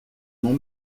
nom